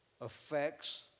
affects